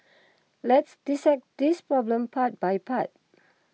let's dissect this problem part by part